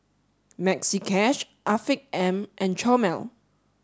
Maxi Cash Afiq M and Chomel